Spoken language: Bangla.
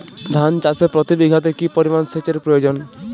ধান চাষে প্রতি বিঘাতে কি পরিমান সেচের প্রয়োজন?